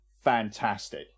fantastic